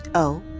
oh?